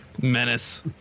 Menace